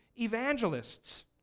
evangelists